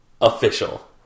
official